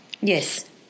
Yes